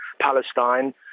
Palestine